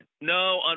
No